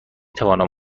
توانم